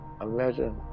imagine